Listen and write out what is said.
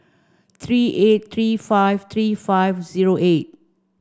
three eight three five three five zero eight